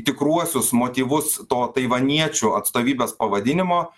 tikruosius motyvus to taivaniečių atstovybės pavadinimo